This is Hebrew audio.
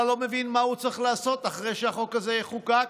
לא מבין מה הוא צריך לעשות אחרי שהחוק הזה יחוקק,